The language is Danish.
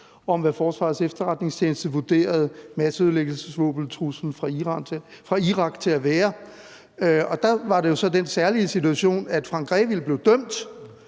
om, hvad Forsvarets Efterretningstjeneste vurderede masseødelæggelsesvåbentruslen fra Irak til at være. Og der var det jo så den særlige situation, at Frank Grevil blev dømt,